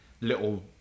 little